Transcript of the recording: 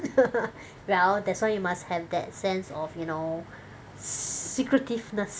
well that's why you must have that sense of you know secretiveness